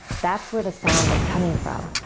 that's where the sound was coming from.